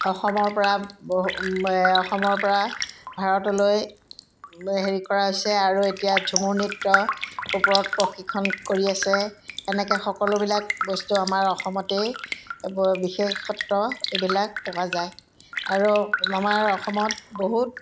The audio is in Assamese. অসমৰ পৰা বহু অসমৰ পৰা ভাৰতলৈ হেৰি কৰা হৈছে আৰু এতিয়া ঝুমুৰ নৃত্য ওপৰত প্ৰশিক্ষণ কৰি আছে এনেকে সকলোবিলাক বস্তু আমাৰ অসমতেই বিশেষত্ব এইবিলাক পোৱা যায় আৰু আমাৰ অসমত বহুত